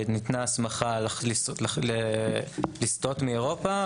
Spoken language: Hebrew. ניתנה הסכמה לסטות מאירופה.